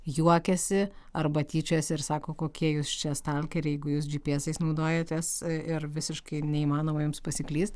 juokiasi arba tyčiojasi ir sako kokie jūs čia stalkeriai jeigu jūs džipiesais naudojatės ir visiškai neįmanoma jums pasiklyst